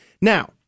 Now